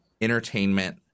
entertainment